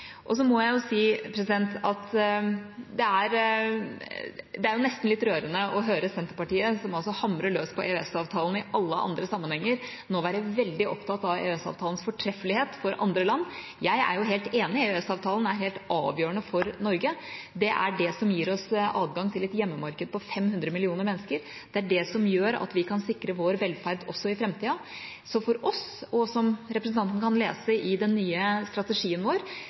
Så må jeg si at det nesten er litt rørende å høre Senterpartiet, som hamrer løs på EØS-avtalen i alle andre sammenhenger, nå være veldig opptatt av EØS-avtalens fortreffelighet for andre land. Jeg er helt enig, EØS-avtalen er helt avgjørende for Norge, det er det som gir oss adgang til et hjemmemarked på 500 millioner mennesker, det er det som gjør at vi kan sikre vår velferd også i framtiden. For oss, og som representanten kan lese i den nye strategien vår,